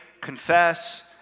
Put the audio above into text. confess